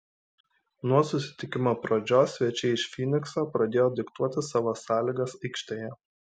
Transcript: nuo susitikimo pradžios svečiai iš fynikso pradėjo diktuoti savo sąlygas aikštėje